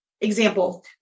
example